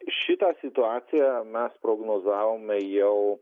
šitą situaciją mes prognozavome jau